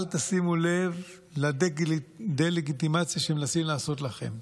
אל תשימו לב לדה-לגיטימציה שמנסים לעשות לכם.